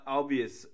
obvious